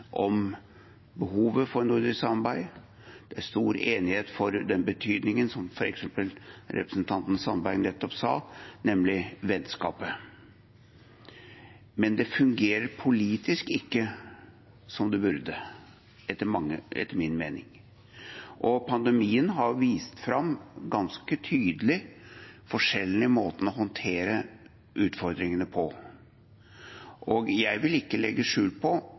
om behovet for nordisk samarbeid, stor enighet om den betydningen som det representanten Sandberg nettopp nevnte, har, nemlig vennskapet. Men det fungerer politisk ikke som det burde, etter min mening, og pandemien har vist fram, ganske tydelig, forskjellene i måten å håndtere utfordringene på. Jeg vil ikke legge skjul på